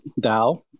DAO